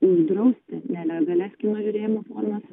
uždrausti nelegalias kino žiūrėjimo formas